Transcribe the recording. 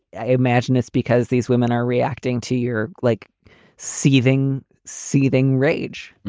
i imagine it's because these women are reacting to your like seething, seething rage